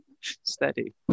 Steady